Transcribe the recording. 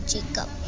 Jacob